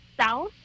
south